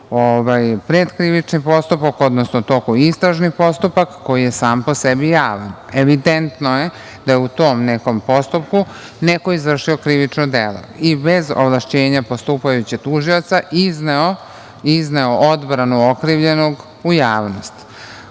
predkrivični postupak, odnosno u toku istražni postupak koji je sam po sebi javan? Evidentno je da je u tom nekom postupku neko izvršio krivično delo i bez ovlašćenja postupajućeg tužioca izneo odbranu okrivljenog u javnost.